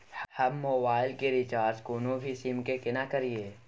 हम मोबाइल के रिचार्ज कोनो भी सीम के केना करिए?